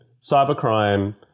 cybercrime